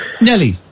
Nelly